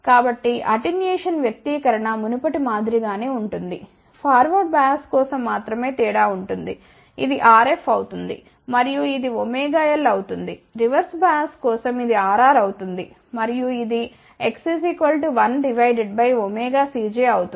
కాబట్టి అటెన్యుయేషన్ వ్యక్తీకరణ మునుపటి మాదిరి గానే ఉంటుంది ఫార్వర్డ్ బయాస్ కోసం మాత్రమే తేడా ఉంటుంది ఇది Rf అవుతుంది మరియు ఇది ωL అవుతుంది రివర్స్ బయాస్ కోసం ఇది Rr అవుతుంది మరియు ఇది X 1 Cjఅవుతుంది